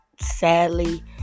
Sadly